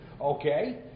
Okay